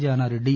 Jana Reddy